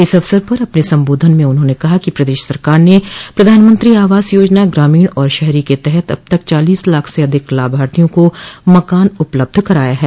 इस अवसर पर अपने संबोधन में उन्होंने कहा कि प्रदेश सरकार ने प्रधानमंत्री आवास योजना ग्रामीण और शहरी के तहत अब तक चालीस लाख से अधिक लाभार्थियों को मकान उपलब्ध कराया है